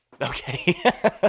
Okay